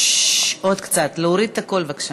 עוד קצת להוריד את הקול, בבקשה.